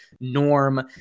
norm